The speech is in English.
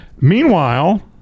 Meanwhile